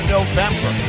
November